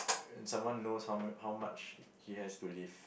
someone knows how how much he has to live